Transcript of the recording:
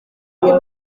ibyo